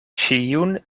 ĉiun